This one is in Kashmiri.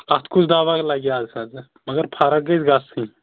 اَتھ کُس دوا لَگہِ اَز حظ مگر فرق گژھِ گَژھٕنۍ